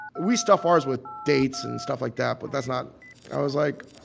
we stuff ours with dates and stuff like that. but that's not i was like,